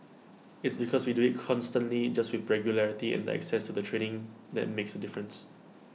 its because we do IT constantly just with regularity and the access to the training that makes A difference